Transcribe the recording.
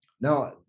Now